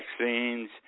vaccines